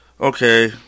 Okay